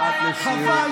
משפט לסיום, בבקשה.